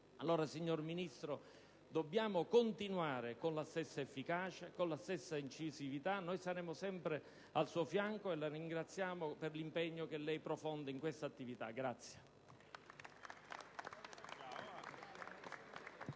Signor Ministro, è necessario continuare con la stessa efficacia, con la stessa incisività e saremo sempre al suo fianco, ringraziandola per l'impegno che lei profonde in questa attività.